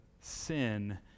sin